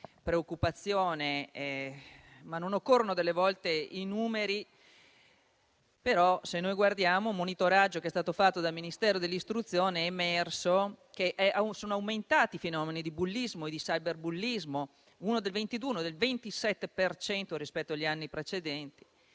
preoccupazione. Non occorrono delle volte i numeri; però, se guardiamo il monitoraggio che è stato fatto dal Ministero dell'istruzione, è emerso che sono aumentati i fenomeni di bullismo e di cyberbullismo, uno del 22 e uno del 27 per cento rispetto agli anni precedenti.